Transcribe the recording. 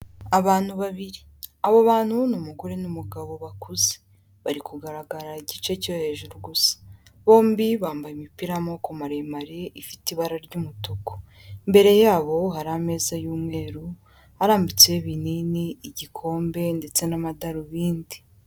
Abantu babiri, abo bantu ni umugore n'umugabo bakuze bari kugaragara igice cyo hejuru gusa, bombi bambaye imipira y'amoboko maremare ifite ibara ry'umutuku, imbere yabo hari ameza y'umweru arambitse ibinini, igikombe ndetse n'amadarubindi.